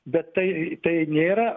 bet tai tai nėra